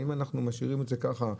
האם אנחנו משאירים את זה ככה?